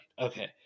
Okay